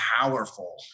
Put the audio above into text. powerful